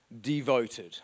devoted